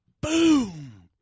boom